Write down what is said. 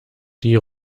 die